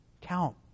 Count